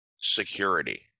security